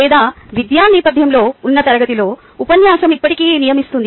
లేదా విద్యా నేపధ్యంలో ఉన్న తరగతిలో ఉపన్యాసం ఇప్పటికీ నియమిస్తుంది